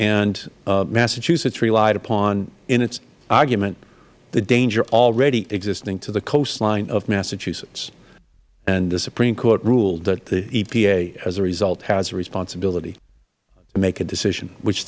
planet massachusetts relied upon in its argument the danger already existing to the coastline of massachusetts the supreme court ruled that the epa as a result has a responsibility to make a decision which